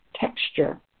texture